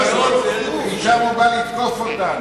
משם הוא בא לתקוף אותנו.